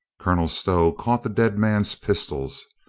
colonel stow caught the dead man's pistols,